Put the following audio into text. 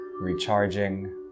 recharging